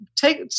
Take